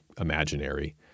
imaginary